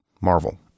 Marvel